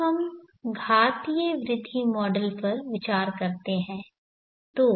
अब हम घातीय वृद्धि मॉडल पर विचार करते हैं